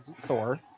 Thor